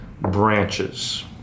branches